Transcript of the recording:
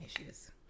Issues